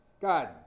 God